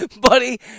Buddy